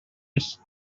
its